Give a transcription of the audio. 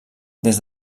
des